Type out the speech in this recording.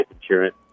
insurance